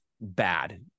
bad